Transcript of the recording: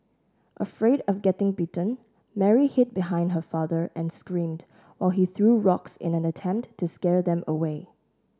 afraid of getting bitten Mary hid behind her father and screamed while he threw rocks in an attempt to scare them away